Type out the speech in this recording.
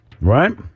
Right